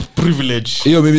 privilege